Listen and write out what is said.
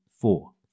four